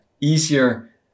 easier